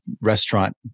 restaurant